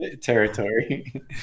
territory